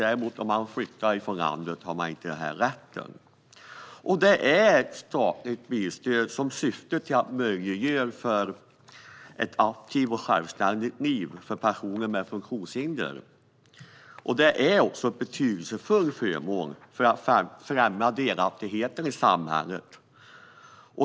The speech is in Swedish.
Om man däremot flyttar från landet har man inte denna rätt. Det är fråga om ett statligt bilstöd som syftar till att göra det möjligt för personer med funktionshinder att ha ett aktivt och självständigt liv. Det är en betydelsefull förmån för att främja delaktigheten i samhället.